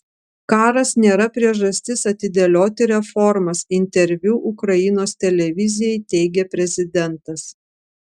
karas nėra priežastis atidėlioti reformas interviu ukrainos televizijai teigė prezidentas